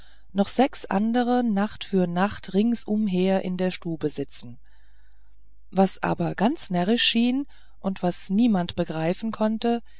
noch sechs andere nacht für nacht ringsumher in der stube sitzen was aber ganz närrisch schien und was niemand begreifen konnte